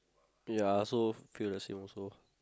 ya I also feel the same also